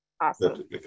awesome